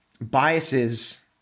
biases